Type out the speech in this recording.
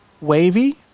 wavy